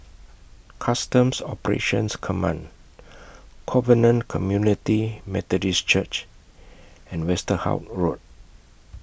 Customs Operations Command Covenant Community Methodist Church and Westerhout Road